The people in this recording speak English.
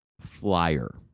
flyer